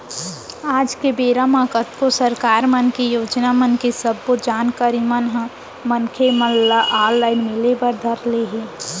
आज के बेरा म कतको सरकार मन के योजना मन के सब्बो जानकारी मन ह मनसे मन ल ऑनलाइन मिले बर धर ले हवय